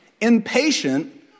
impatient